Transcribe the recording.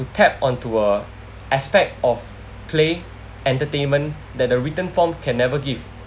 tap onto a aspect of play entertainment that the written form can never give